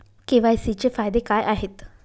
KYC चे फायदे काय आहेत?